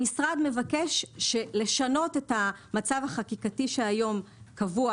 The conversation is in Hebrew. המשרד מבקש לשנות את המצב החקיקתי שקבוע היום,